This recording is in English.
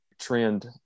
trend